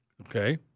Okay